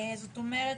זאת אומרת